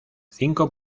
cinco